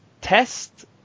test